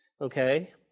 okay